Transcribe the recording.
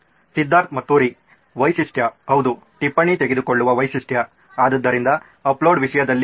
ಸಿದ್ಧಾರ್ಥ್ ಮತುರಿ ವೈಶಿಷ್ಟ್ಯ ಹೌದು ಟಿಪ್ಪಣಿ ತೆಗೆದುಕೊಳ್ಳುವ ವೈಶಿಷ್ಟ್ಯ ಆದ್ದರಿಂದ ಅಪ್ಲೋಡ್ ವಿಷಯದಲ್ಲಿ ಇದು